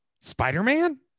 Spider-Man